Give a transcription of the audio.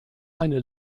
eine